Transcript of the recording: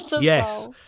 yes